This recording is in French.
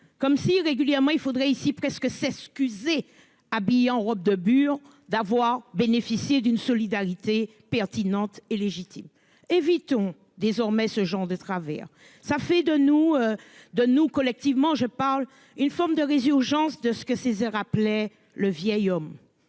comme si régulièrement il faudrait ici presque. Excusez-. Habillée, en robe de bure d'avoir bénéficié d'une solidarité pertinente et légitime. Évitons désormais ce genre de travers ça fait de nous. De nous, collectivement, je parle une forme de résurgence de ce que ces rappelait le vieil homme